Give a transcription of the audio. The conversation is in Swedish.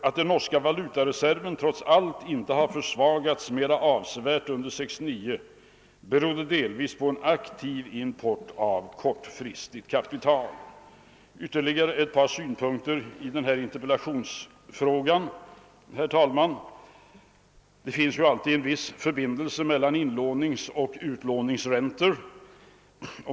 Att den norska valutareserven trots allt inte försvagades mera avsevärt under år 1969 berodde 'delvis på en aktiv import av kortfristigt kapital. Herr talman! Jag vill anföra ytterligare några synpunkter på: den fråga interpellanten : ställt. v Det finns ju alltid en viss förbindelse mellan inlåningsoch utlåningsräntor.